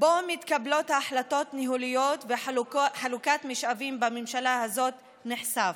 שבו מתקבלות החלטות ניהוליות וחלוקת משאבים בממשלה הזאת נחשף.